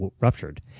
ruptured